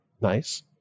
nice